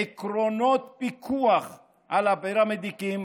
עקרונות פיקוח על הפרמדיקים